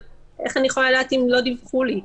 איך אני יכולה לדעת אם לא דיווחו לי?